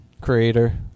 Creator